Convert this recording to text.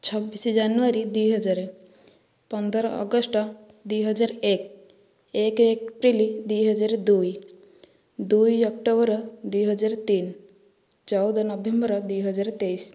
ଛବିଶ ଜାନୁଆରୀ ଦୁଇ ହଜାର ପନ୍ଦର ଅଗଷ୍ଟ ଦୁଇ ହଜାର ଏକ ଏକ ଏପ୍ରିଲ ଦୁଇ ହଜାର ଦୁଇ ଦୁଇ ଅକ୍ଟୋବର ଦୁଇ ହଜାର ତିନ ଚଉଦ ନଭେମ୍ବର ଦୁଇ ହଜାର ତେଇଶ